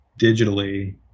digitally